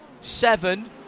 seven